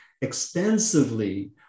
extensively